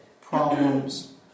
problems